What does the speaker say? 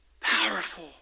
powerful